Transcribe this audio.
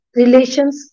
relations